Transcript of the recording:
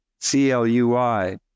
CLUI